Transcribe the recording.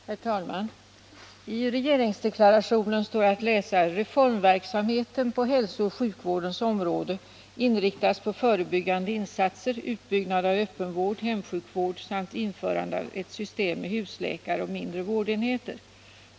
Herr talman! I regeringdeklarationen står att läsa: ”Reformverksamheten på hälsooch sjukvårdens område inriktas på förebyggande insatser, utbyggnad av öppenvård och hemsjukvård samt införande av system med husläkare och mindre vårdenheter.